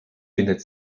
findet